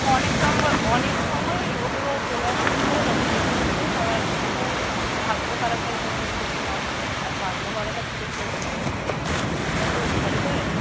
অনেক সময় অনেক সময়ই ওগুলো চলে আসে নদীর ধারে তখন দেখতে পেতে পারেন আবার কিছু সময়ই ভাগ্য খারাপ থাকলে তখন হয়তো দেখতে নাও পেতে পারেন আর ভাগ্য ভালো থাকলে দেখতেও পেতে পারেন ওটা তো ভ্যারি করে